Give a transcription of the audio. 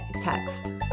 text